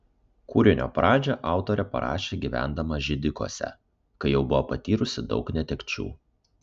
kūrinio pradžią autorė parašė gyvendama židikuose kai jau buvo patyrusi daug netekčių